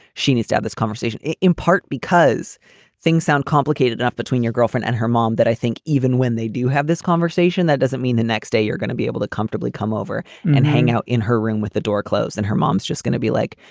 she needs to have this conversation in part because things sound complicated enough between your girlfriend and her mom that i think even when they do have this conversation, that doesn't mean the next day you're gonna be able to comfortably come over and hang out in her room with the door closed. and her mom's just gonna be like,